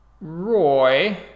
roy